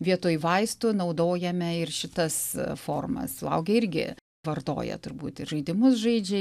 vietoj vaistų naudojame ir šitas formas suaugę irgi vartoja turbūt ir žaidimus žaidžia